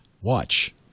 Watch